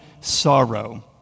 sorrow